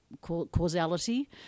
causality